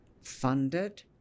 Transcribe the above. funded